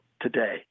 today